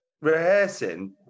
rehearsing